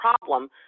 problem